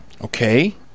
okay